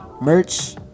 merch